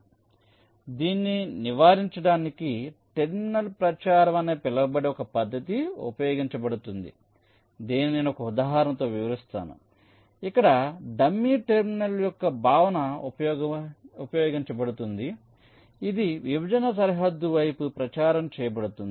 కాబట్టి దీనిని నివారించడానికి టెర్మినల్ ప్రచారం అని పిలువబడే ఒక పద్ధతి ఉపయోగించబడుతుంది దీనిని నేను ఒక ఉదాహరణతో వివరిస్తాను ఇక్కడ డమ్మీ టెర్మినల్ యొక్క భావన ఉపయోగించబడుతుంది ఇది విభజన సరిహద్దు వైపు ప్రచారం చేయబడుతుంది